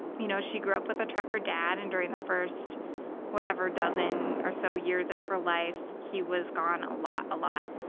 you know, she grew up with a trucker dad and during the first whatever dozen or so years of her life he was gone a lot a lot.